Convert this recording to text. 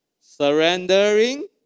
Surrendering